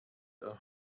and